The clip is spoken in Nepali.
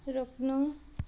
रोक्नु